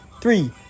Three